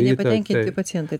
nepatenkinti pacientai